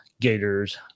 Gators